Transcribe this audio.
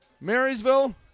Marysville